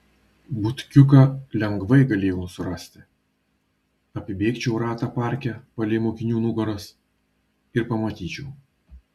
butkiuką lengvai galėjau surasti apibėgčiau ratą parke palei mokinių nugaras ir pamatyčiau